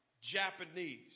Japanese